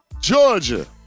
Georgia